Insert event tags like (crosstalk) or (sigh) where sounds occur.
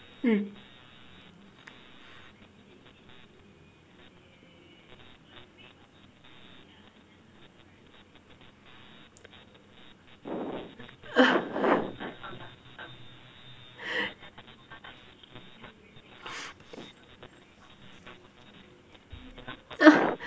hmm (laughs)